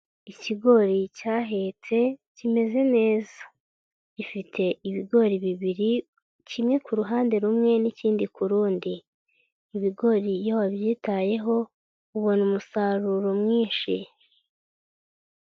Ikigori cyahetse kimeze neza, gifite ibigori bibiri kimwe ku ruhande rumwe n'ikindi ku rundi, ibigori iyo wabyitayeho ubona umusaruro mwinshi.